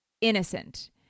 innocent